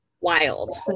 Wild